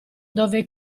dove